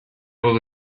able